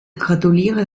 gratuliere